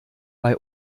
bei